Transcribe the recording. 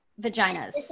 vaginas